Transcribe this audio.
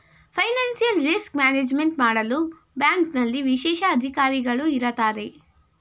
financial risk management ಮಾಡಲು ಬ್ಯಾಂಕ್ನಲ್ಲಿ ವಿಶೇಷ ಅಧಿಕಾರಿಗಳು ಇರತ್ತಾರೆ